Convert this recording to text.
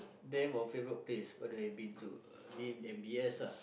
then my favorite place where have I been to uh I mean m_b_s ah